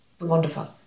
wonderful